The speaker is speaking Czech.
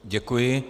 Děkuji.